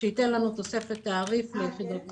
שייתן לנו תוספת תעריף ליחידות מוכרות.